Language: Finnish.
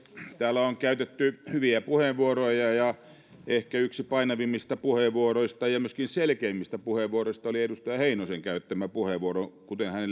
täällä on käytetty hyviä puheenvuoroja ja ehkä yksi painavimmista puheenvuoroista ja myöskin selkeimmistä puheenvuoroista oli edustaja heinosen käyttämä puheenvuoro kuten hänellä